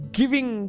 giving